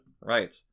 Right